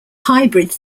hybrid